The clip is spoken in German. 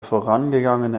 vorangegangene